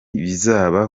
bizaba